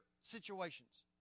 situations